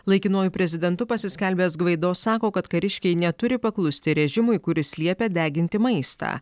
laikinuoju prezidentu pasiskelbęs gvaido sako kad kariškiai neturi paklusti režimui kuris liepia deginti maistą